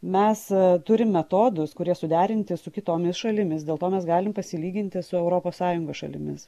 mes turim metodus kurie suderinti su kitomis šalimis dėl to mes galim pasilyginti su europos sąjungos šalimis